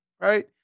right